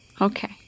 okay